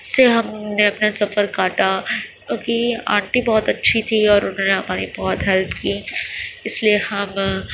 سے ہم نے اپنے سفر کاٹا کیونکہ آنٹی بہت اچھی تھی اور انہوں نے ہماری بہت ہیلپ کی اس لیے ہم